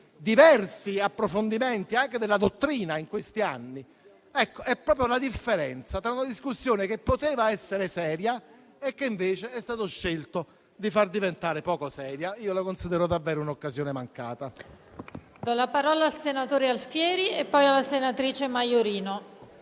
diversi approfondimenti anche della dottrina negli ultimi anni? Questa è proprio la differenza tra una discussione che poteva essere seria e invece è stato scelto di far diventare poco seria. La considero davvero un'occasione mancata.